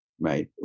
Right